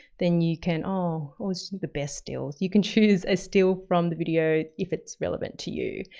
then you can oh, what was the best still? you can choose a still from the video if it's relevant to you.